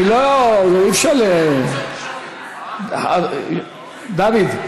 התשע"ז 2016. דוד,